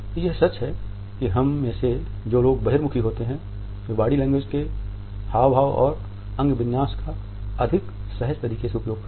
यह सच है कि हम में से जो लोग बहिर्मुखी होते हैं वे बॉडी लैंग्वेज में हाव भाव और अंग विन्याश का अधिक सहज तरीके से उपयोग करते हैं